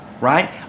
right